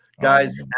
Guys